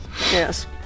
Yes